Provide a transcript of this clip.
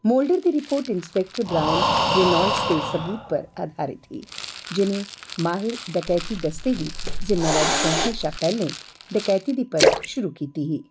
moulder दी report inspector Brian Reynolds दे सबूत पर अधारत ही जि'नें माहिर डकैती दस्ते गी ज़िम्मेवारी सौंपने शा पैह्लें डकैती दी परख शुरू कीती ही